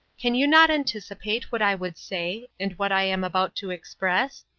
can you not anticipate what i would say, and what i am about to express?